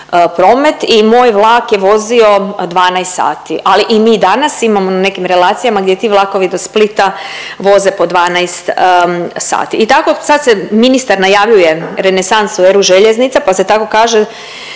promet i moj vlak je vozio 12 sati, ali i mi danas imamo na nekim relacijama gdje ti vlakovi do Splita voze po 12 sati. I tako sad se ministar najavljuje renesansnu eru željeznica pa se tako kaže